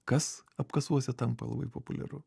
kas apkasuose tampa labai populiaru